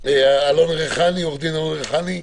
את העולם הזה.